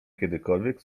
kiedykolwiek